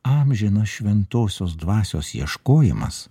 amžinas šventosios dvasios ieškojimas